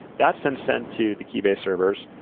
that's then sent to the keybase servers.